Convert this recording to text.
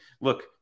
look